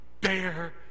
bear